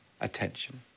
attention